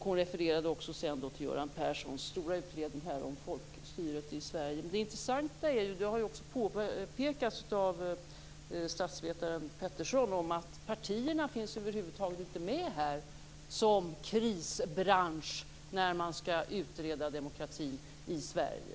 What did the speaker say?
Hon refererade också till Statsvetaren Pettersson har påpekat att partierna över huvud taget inte finns med som krisbransch när man skall utreda demokratin i Sverige.